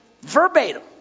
verbatim